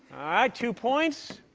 two points,